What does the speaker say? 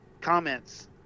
comments